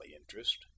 interest